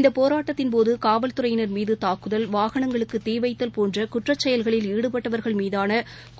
இந்த போராட்டத்தின் போது காவல்துறையினர் மீது தாக்குதல் வாகனங்களுக்கு தீவைத்தல் போன்ற குற்றச்செயல்களில் ஈடுபட்டவர்கள் மீதான